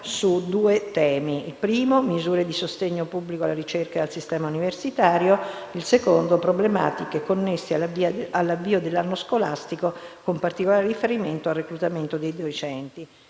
del Regolamento, su misure di sostegno pubblico alla ricerca e al sistema universitario e problematiche connesse all'avvio dell'anno scolastico, con particolare riferimento al reclutamento dei docenti,